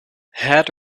had